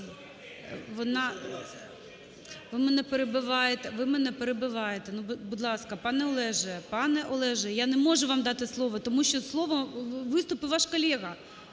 Ви мене перебиваєте. Ну, будь ласка, пане Олеже! Пане Олеже, я не можу вам дати слово, тому що слово… виступив ваш колега.